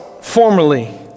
formerly